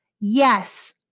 yes